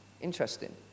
Interesting